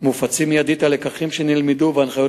מופצים מיידית הלקחים שנלמדו והנחיות